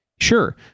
sure